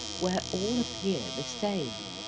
where all appear the same?